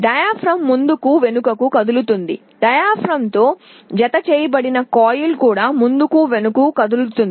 diaphragm ముందుకు వెనుకకు కదులుతుంది డయాఫ్రామ్తో జతచేయబడిన కాయిల్ కూడా ముందుకు వెనుకకు కదులుతుంది